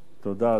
תודה, אדוני.